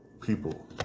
people